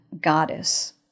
goddess